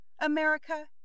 America